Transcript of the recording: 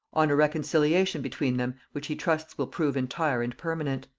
on a reconciliation between them which he trusts will prove entire and permanent